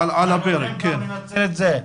אנחנו יכולים גם לנצל את זה.